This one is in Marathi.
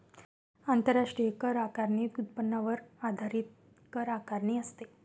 आंतरराष्ट्रीय कर आकारणीत उत्पन्नावर आधारित कर आकारणी असते